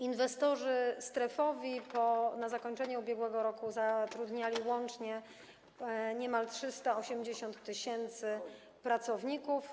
Inwestorzy strefowi na zakończenie ubiegłego roku zatrudniali łącznie niemal 380 tys. pracowników.